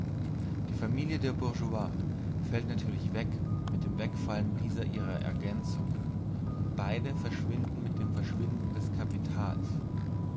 die familie der bourgeois fällt natürlich weg mit dem wegfallen dieser ihrer ergänzung und beide verschwinden mit dem verschwinden des kapitals